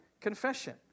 confession